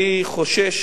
אני חושש